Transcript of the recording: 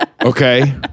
Okay